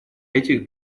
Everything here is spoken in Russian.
этих